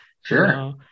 sure